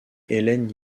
hélène